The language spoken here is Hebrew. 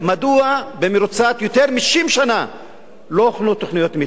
מדוע במרוצת יותר מ-60 שנה לא הוכנו תוכניות מיתאר?